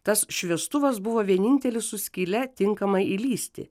tas šviestuvas buvo vienintelis su skyle tinkamai įlįsti